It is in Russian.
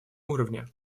уровне